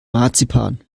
marzipan